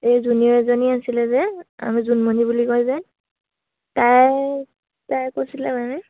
এই জুনিয়ৰ এজনী আছিলে যে আমি জোনমণি বুলি কয় যে তাই তাই কৈছিলে মানে